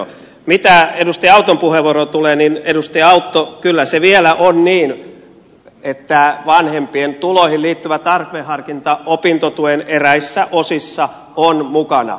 mitä edustaja auton puheenvuoroon tulee niin edustaja autto kyllä se vielä on niin että vanhempien tuloihin liittyvä tarveharkinta opintotuen eräissä osissa on mukana